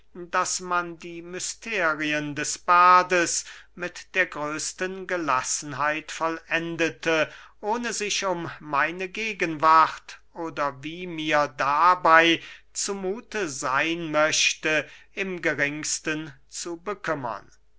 daß man die mysterien des bades mit der größten gelassenheit vollendete ohne sich um meine gegenwart oder wie mir dabey zu muthe seyn möchte im geringsten zu bekümmern